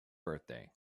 birthday